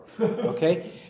okay